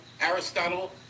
Aristotle